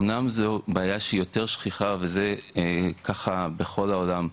אמנם זה בעיה שהיא יותר שכיחה וזה ככה בכל העולם,